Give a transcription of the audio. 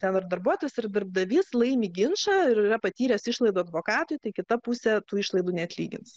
ten ar darbuotojas ar darbdavys laimi ginčą ir yra patyręs išlaidų advokatui tai kita pusė tų išlaidų neatlygins